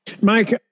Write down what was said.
Mike